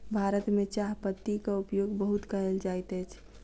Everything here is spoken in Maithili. भारत में चाह पत्तीक उपयोग बहुत कयल जाइत अछि